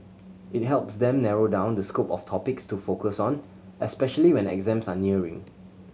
it helps them narrow down the scope of topics to focus on especially when exams are nearing